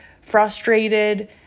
frustrated